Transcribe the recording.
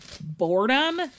boredom